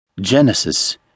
Genesis